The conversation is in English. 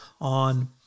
on